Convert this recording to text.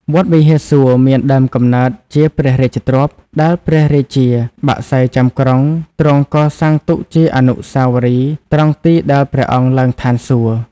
វត្តវិហារសួរ មានដើមកំណើតជាព្រះរាជទ្រព្យ ដែលព្រះរាជាបក្សីចាំក្រុងទ្រង់កសាងទុកជាអនុស្សាវរីយ៍ ត្រង់ទីដែលព្រះអង្គឡើងឋានសួគ៌‌។